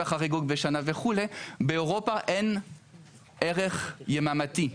שבע חריגות בשנה וכו', באירופה אין ערך יממתי,